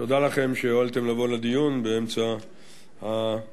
תודה לכם שהואלתם לבוא לדיון באמצע הפגרה.